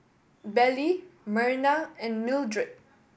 Belle Myrna and Mildred